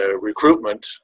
recruitment